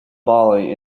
bali